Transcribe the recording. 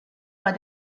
bei